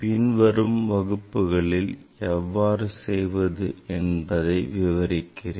பின்வரும் வகுப்புகளில் இதனை எவ்வாறு செய்வது என்பதை விளக்குகிறேன்